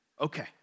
Okay